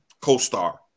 co-star